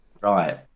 Right